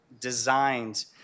designed